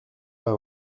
bas